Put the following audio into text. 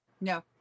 No